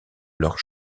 leurs